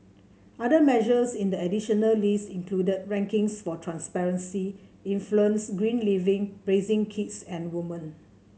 other measures in the additional list included rankings for transparency influence green living raising kids and women